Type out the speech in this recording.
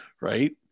right